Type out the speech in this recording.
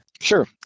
Sure